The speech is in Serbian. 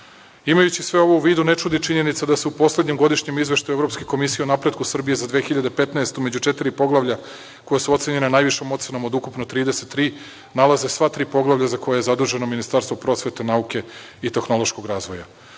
regionu. Imajući sve ovo u vidu, ne čudi činjenica da se u poslednjem godišnjem izveštaju Evropske komisije o napretku Srbije za 2015. godinu, među četiri poglavlja koja su ocenjena najvišom ocenom od ukupno 33, nalaze sva tri poglavlja za koje je zaduženo Ministarstvo prosvete, nauke i tehnološkog razvoja.